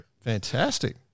Fantastic